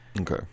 Okay